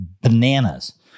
bananas